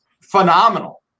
phenomenal